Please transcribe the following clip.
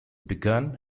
begun